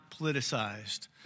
politicized